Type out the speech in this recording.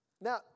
Now